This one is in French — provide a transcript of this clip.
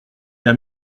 d’un